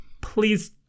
please